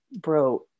bro